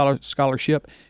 scholarship